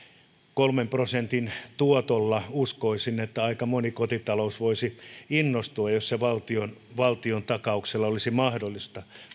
kolmen prosentin tuotolla uskoisin että aika moni kotitalous voisi innostua jos se valtion valtion takauksella olisi mahdollista